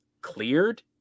cleared